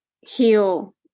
heal